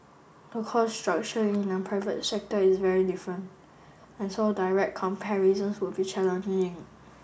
the cost structure in the private sector is very different and so direct comparisons would be challenging